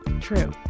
True